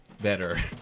better